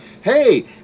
Hey